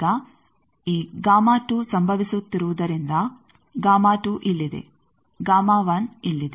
ಈಗ ಈ ಸಂಭವಿಸುತ್ತಿರುವುದರಿಂದ ಇಲ್ಲಿದೆ ಇಲ್ಲಿದೆ